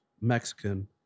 Mexican